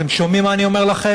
אתם שומעים מה אני אומר לכם?